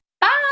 Bye